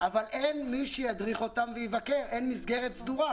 אבל אין מסגרת סדורה ואין בקרה והדרכה.